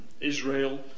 Israel